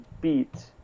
beat